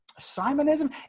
Simonism